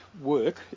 work